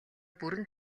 бүрэн